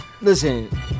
Listen